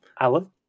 Alan